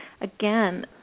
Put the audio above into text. again